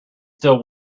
still